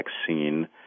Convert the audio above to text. vaccine